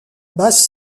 basse